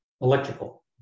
electrical